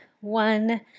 one